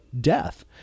death